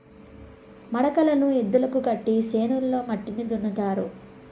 మడకలను ఎద్దులకు కట్టి చేనులో మట్టిని దున్నుతారు